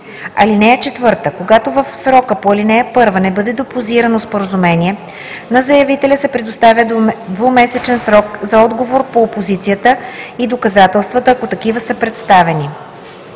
поискване. (4) Когато в срока по ал. 1 не бъде депозирано споразумение, на заявителя се предоставя двумесечен срок за отговор по опозицията и доказателствата, ако такива са представени.